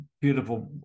beautiful